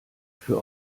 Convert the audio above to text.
für